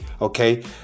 Okay